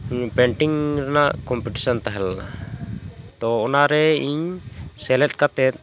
painting ᱨᱮᱱᱟᱜ competition ᱛᱟᱦᱮᱸᱞᱮᱱᱟ ᱛᱚ ᱚᱱᱟᱨᱮ ᱤᱧ ᱥᱮᱞᱮᱫ ᱠᱟᱛᱮᱫ